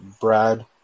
Brad